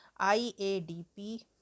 IADP